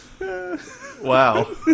Wow